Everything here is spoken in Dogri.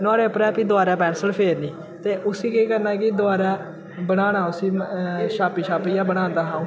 नोहाड़े उप्पर गै फ्ही दोबारै पेंसिल फेरनी ते उसी केह् करना कि दोबारै बनाना उसी छापी छापियै बनांदा हा अ'ऊं